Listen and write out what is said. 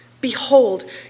Behold